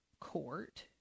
court